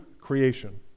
creation